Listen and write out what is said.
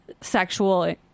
sexual